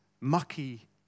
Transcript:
mucky